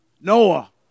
Noah